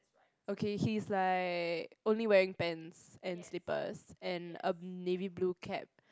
okay he is like only wear pants and slippers and a navy blue cap